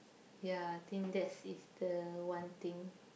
ya think that's is the one thing